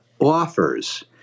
offers